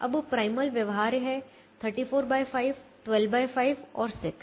अब प्राइमल व्यवहार्य है 345 125 और 6